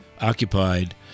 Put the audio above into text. occupied